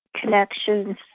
connections